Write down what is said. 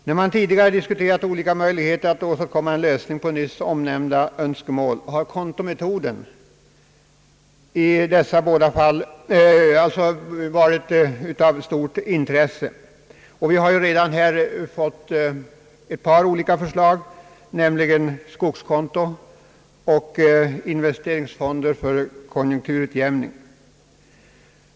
När man tidigare diskuterat olika möjligheter att åstadkomma en lösning för att tillgodose nyssnämnda önskemål har kontometoden rönt stort intresse. Denna metod har ju också redan prövats i form av skogskonto samt i fråga om investeringsfonder för konjunkturutjämning.